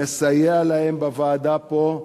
נסייע להם בוועדה פה,